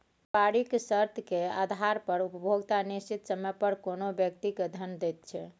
बेपारिक शर्तेक आधार पर उपभोक्ता निश्चित समय पर कोनो व्यक्ति केँ धन दैत छै